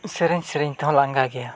ᱥᱮᱨᱮᱧ ᱥᱮᱨᱮᱧ ᱛᱮᱦᱚᱸ ᱞᱟᱸᱜᱟ ᱜᱮᱭᱟ